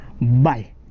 Bye